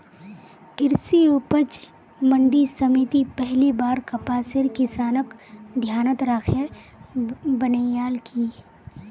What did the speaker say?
कृषि उपज मंडी समिति पहली बार कपासेर किसानक ध्यानत राखे बनैयाल की